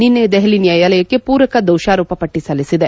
ನಿನ್ನೆ ದೆಹಲಿ ನ್ಯಾಯಾಲಯಕ್ಕೆ ಪೂರಕ ದೋಷಾರೋಪ ಪಟ್ಟಿ ಸಲ್ಲಿಸಿದೆ